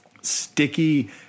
Sticky